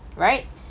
right